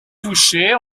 touchées